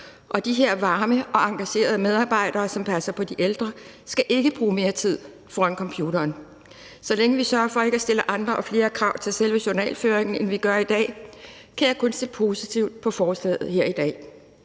og de her varme og engagerede medarbejdere, som passer på de ældre, skal ikke bruge mere tid foran computeren. Så længe vi sørger for ikke at stille andre og flere krav til selve journalføringen, end vi gør i dag, kan jeg kun se positivt på forslaget her.